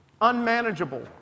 unmanageable